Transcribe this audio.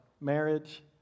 marriage